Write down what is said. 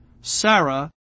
Sarah